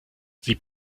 sie